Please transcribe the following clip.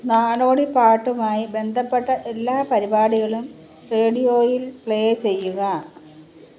നാടോടി പാട്ടുമായി ബന്ധപ്പെട്ട എല്ലാ പരിപാടികളും റേഡിയോയിൽ പ്ലേ ചെയ്യുക